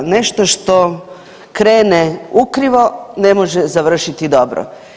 Nešto što krene ukrivo, ne može završiti dobro.